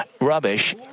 rubbish